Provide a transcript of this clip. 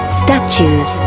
statues